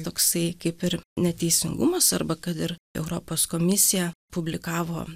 toksai kaip ir neteisingumas arba kad ir europos komisija publikavo